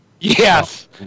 yes